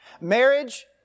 Marriage